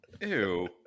Ew